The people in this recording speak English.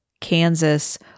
Kansas